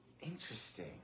Interesting